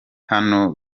hano